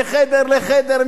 מחדר לחדר,